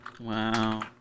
Wow